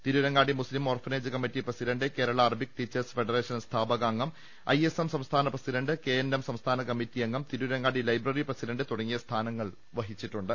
Tirurangadi Muslim orphanage committee president Kerala Arabic teachers federation സ്ഥാപകാംഗം I S M സംസ്ഥാന president K N M സംസ്ഥാന കമ്മിറ്റിയംഗം Tirurangadi library president തുടങ്ങിയ സ്ഥാനങ്ങൾ വഹിച്ചിട്ടുണ്ട്